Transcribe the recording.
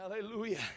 hallelujah